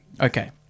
Okay